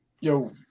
Yo